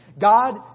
God